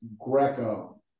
Greco